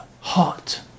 Hot